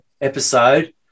episode